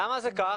למה זה כך?